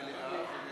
מליאה,